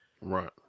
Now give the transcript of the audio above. Right